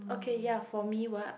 okay ya for me what